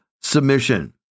submission